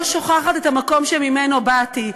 ואני לא שוכחת את המקום שממנו באתי.